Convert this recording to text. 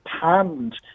panned